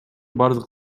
бардык